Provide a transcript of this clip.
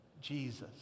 Jesus